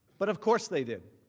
but of course, they did.